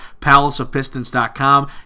Palaceofpistons.com